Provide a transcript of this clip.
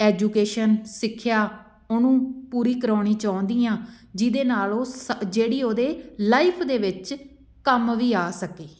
education ਸਿੱਖਿਆ ਉਹਨੂੰ ਪੂਰੀ ਕਰਵਾਉਣੀ ਚਾਹੁੰਦੀ ਹਾਂ ਜਿਹਦੇ ਨਾਲ਼ ਉਹ ਸਕ ਜਿਹੜੀ ਉਹਦੇ ਲਾਈਫ਼ ਦੇ ਵਿੱਚ ਕੰਮ ਵੀ ਆ ਸਕੇ